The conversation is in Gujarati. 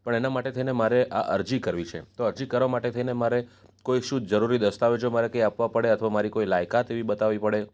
પણ એના માટે થઈને મારે આ અરજી કરવી છે તો અરજી કરવા થઈને મારે કોઈ શું જરૂરી દસ્તાવેજો મારે કંઈ આપવા પડે અથવા મારી કોઈ લાયકાત એવી બતાવવી પડે